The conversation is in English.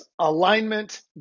alignment